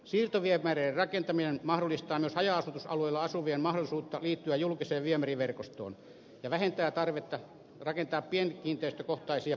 siirtoviemärien rakentaminen antaa myös haja asutusalueilla asuville mahdollisuuden liittyä julkiseen viemäriverkostoon ja vähentää tarvetta rakentaa pienkiinteistökohtaisia puhdistuslaitoksia